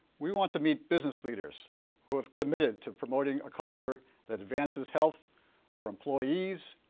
we want to meet business leaders who have committed to promoting a culture that advances health for employees,